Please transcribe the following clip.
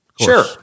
Sure